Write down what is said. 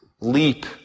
leap